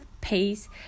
peace